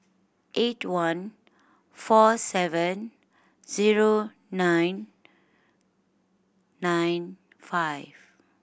eight one four seven zero nine nine five